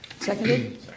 Seconded